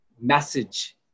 message